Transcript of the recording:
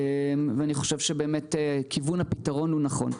ואני חושב שכיוון הפתרון הוא נכון.